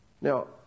Now